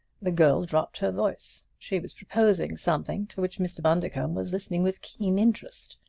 the girl dropped her voice. she was proposing something to which mr. bundercombe was listening with keen interest.